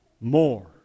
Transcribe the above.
more